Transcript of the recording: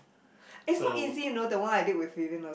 so